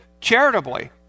charitably